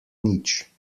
nič